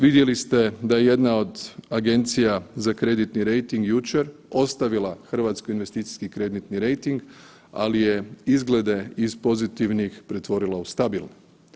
Vidjeli ste da je jedna od Agencija za kreditni rejting jučer ostavila RH investicijski kreditni rejting, ali je izglede iz pozitivnih pretvorila u stabilne.